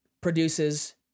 produces